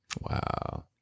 Wow